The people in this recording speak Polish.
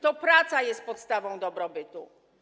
To praca jest podstawą dobrobytu.